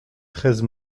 treize